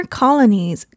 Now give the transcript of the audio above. colonies